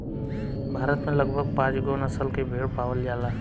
भारत में लगभग पाँचगो नसल के भेड़ पावल जाला